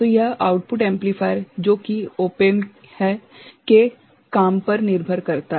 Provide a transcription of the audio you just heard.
तो यह output amplifier जो कि ओप एम्प है के काम पर निर्भर करता है